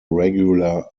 regular